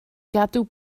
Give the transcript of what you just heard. gadw